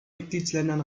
mitgliedsländern